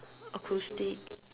acoustic